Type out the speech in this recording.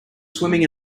swimming